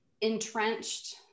entrenched